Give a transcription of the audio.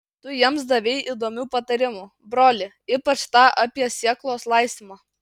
tu jiems davei įdomių patarimų broli ypač tą apie sėklos laistymą